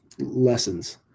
lessons